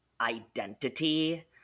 identity